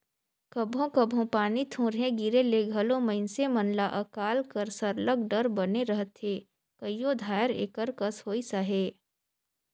कभों कभों पानी थोरहें गिरे ले घलो मइनसे मन ल अकाल कर सरलग डर बने रहथे कइयो धाएर एकर कस होइस अहे